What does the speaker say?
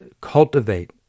cultivate